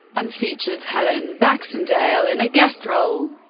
and featured helen baxendale in a guest role.